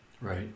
Right